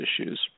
issues